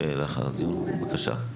בבקשה,